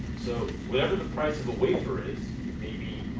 so whatever the price of a wafer is maybe